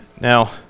Now